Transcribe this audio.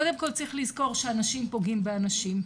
קודם כל צריך לזכור שאנשים פוגעים באנשים,